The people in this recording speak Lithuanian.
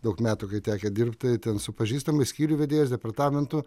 daug metų kai tekę dirbti ten su pažįstamais skyrių vedėjais departamentų